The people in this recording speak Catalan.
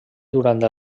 durant